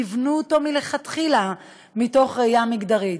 יבנו אותו מלכתחילה מתוך ראייה מגדרית.